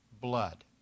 blood